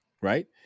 right